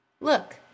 Look